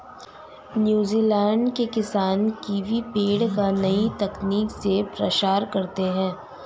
New Zealand के किसान kiwi पेड़ का नई तकनीक से प्रसार करते हैं